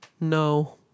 No